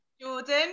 Jordan